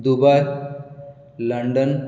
Dubai London